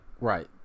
Right